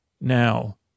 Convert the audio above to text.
Now